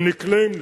הם נקלעים לשם.